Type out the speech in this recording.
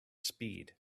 speed